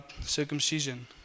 circumcision